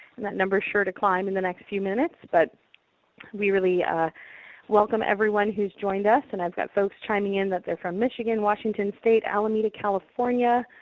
and that number is sure to climb in the next few minutes, but we really welcome everyone who's joined us. and i've got folks chiming in that they're from michigan, washington state, alameda, california,